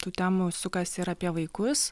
tų temų sukasi ir apie vaikus